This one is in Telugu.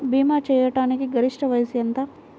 భీమా చేయాటానికి గరిష్ట వయస్సు ఎంత?